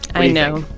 i know.